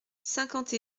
cinquante